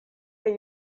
kaj